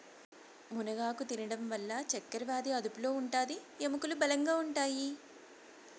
మునగాకు తినడం వల్ల చక్కరవ్యాది అదుపులో ఉంటాది, ఎముకలు బలంగా ఉంటాయి